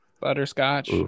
butterscotch